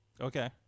okay